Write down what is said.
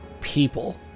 people